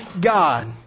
God